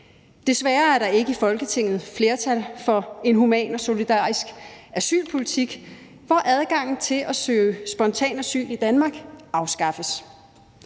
Desværre er der ikke et folketingsflertal for en human og solidarisk asylpolitik, hvor adgangen til at søge spontant asyl i Danmark afskaffes.